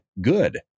good